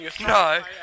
No